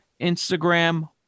Instagram